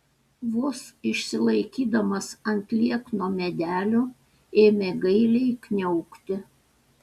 vos išsilaikydamas ant liekno medelio ėmė gailiai kniaukti